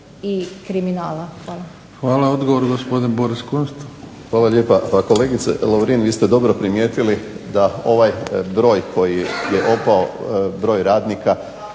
Hvala.